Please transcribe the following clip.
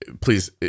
please